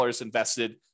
invested